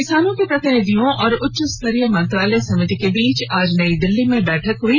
किसानों के प्रतिनिधियों और उच्चस्तरीय मंत्रालय समिति के बीच आज नई दिल्लीं में बैठक हुई